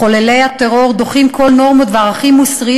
מחוללי הטרור דוחים כל נורמות וערכים מוסריים